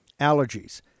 allergies